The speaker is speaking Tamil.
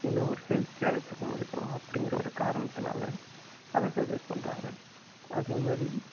இன்னும் ஒரு ஹெல்த்தியாக வச்சிக்க முடியும் அப்படிங்கிற ஒரு காரணத்தினால அதை சஜஜஸ்ட் பண்ணுறாங்க அதேமாதிரி